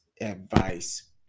advice